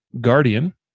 Guardian